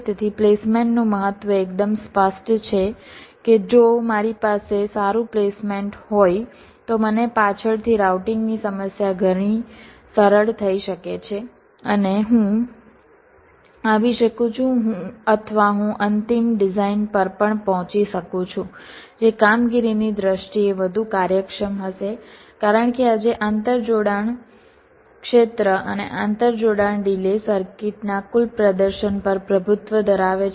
તેથી પ્લેસમેન્ટનું મહત્વ એકદમ સ્પષ્ટ છે કે જો મારી પાસે સારું પ્લેસમેન્ટ હોય તો મને પાછળથી રાઉટિંગની સમસ્યા ઘણી સરળ થઈ શકે છે અને હું આવી શકું છું અથવા હું અંતિમ ડિઝાઇન પર પણ પહોંચી શકું છું જે કામગીરીની દ્રષ્ટિએ વધુ કાર્યક્ષમ હશે કારણ કે આજે આંતરજોડાણ ક્ષેત્ર અને આંતરજોડાણ ડિલે સર્કિટના કુલ પ્રદર્શન પર પ્રભુત્વ ધરાવે છે